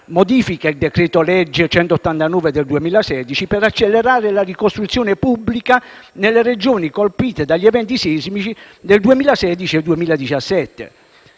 modifica il decreto-legge n. 189 del 2016 per accelerare la ricostruzione pubblica nelle Regioni colpite dagli eventi sismici degli anni 2016-2017.